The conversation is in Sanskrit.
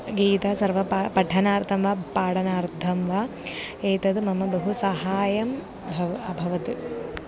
गीता सर्वं वा पठनार्थं वा पाठनार्थं वा एतद् मम बहु सहाय्यं भव् अभवत्